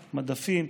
מדפים,